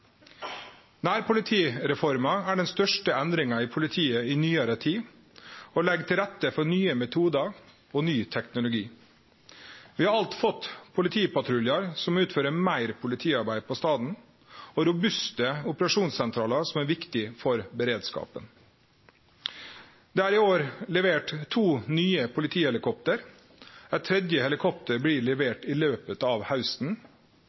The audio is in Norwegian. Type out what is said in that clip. Nærpolitireforma er den største endringa av politiet i nyare tid og legg til rette for nye metodar og ny teknologi. Vi har alt fått politipatruljar som utfører meir politiarbeid på staden, og robuste operasjonssentralar som er viktige for beredskapen. Det er i år levert to nye politihelikopter. Eit tredje helikopter blir levert i løpet av hausten.